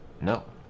know